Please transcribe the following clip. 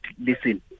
listen